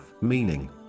Meaning